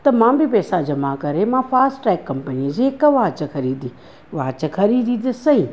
त मां बि पैसा जमा करे मां फ़ास्ट ट्रैक कंपनी जी हिकु वॉच ख़रीदी वॉच ख़रीदी त सही